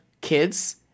kids